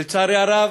לצערי הרב,